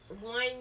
one